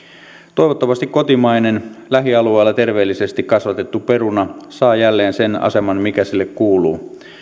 toivottavasti kotimainen lähialueella terveellisesti kasvatettu peruna saa jälleen sen aseman mikä sille kuuluu